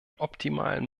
optimalen